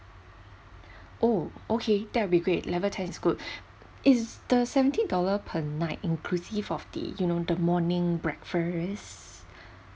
oh okay that will be great level ten is good is the seventy dollar per night inclusive of the you know the morning breakfast